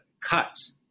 cuts